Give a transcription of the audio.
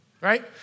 right